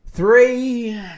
Three